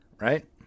right